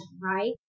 right